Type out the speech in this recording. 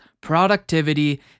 productivity